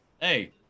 Hey